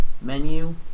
menu